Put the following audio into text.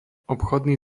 obchodný